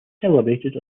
celebrated